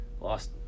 Lost